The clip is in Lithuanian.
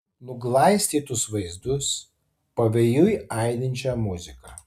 nuglaistytus vaizdus pavėjui aidinčią muziką